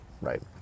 right